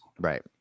Right